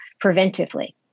preventively